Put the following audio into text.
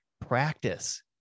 practice